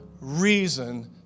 reason